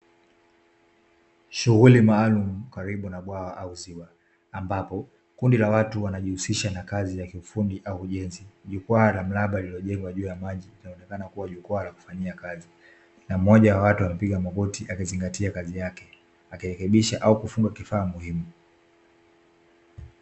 Shughuli maalumu kalibu na bwawa au ziwa ambapo kundi la watu, wanajihusisha na kazi ya kiufundi ama ujenzi, jukwaa la mraba liliojengwa juu ya maji linaloonekana kuwa jukwaa la kufanyia kazi, na mmoja wa watu amepiga magoti na akizingatia kazi yake akirekebisha au kufunga kifaa muhimu.